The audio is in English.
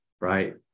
Right